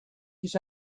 his